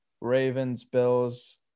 Ravens-Bills